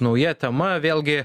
nauja tema vėlgi